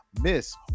Miss